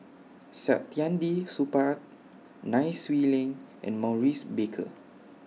Saktiandi Supaat Nai Swee Leng and Maurice Baker